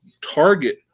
target